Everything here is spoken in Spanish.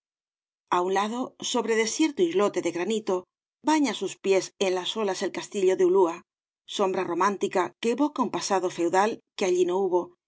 á un lado sobre desierto islote de granito baña xt obras de valle inclan sus pies en las olas el castillo de ulúa sombra romántica que evoca un pasado feudal que allí no hubo